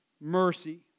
mercy